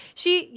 she,